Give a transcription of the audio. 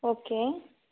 okay